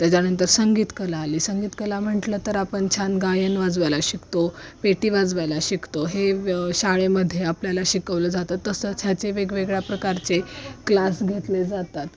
त्याच्यानंतर संगीतकला आली संगीतकला म्हटलं तर आपण छान गायन वाजवायला शिकतो पेटी वाजवायला शिकतो हे शाळेमध्ये आपल्याला शिकवलं जातं तसंच ह्याचे वेगवेगळ्या प्रकारचे क्लास घेतले जातात